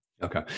Okay